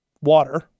water